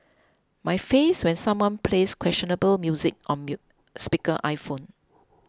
my face when someone plays questionable music on mute speaker iPhone